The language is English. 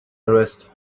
arrest